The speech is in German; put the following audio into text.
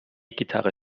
gitarre